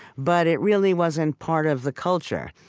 but it really wasn't part of the culture.